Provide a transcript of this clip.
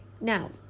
Now